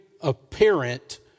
apparent